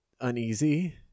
uneasy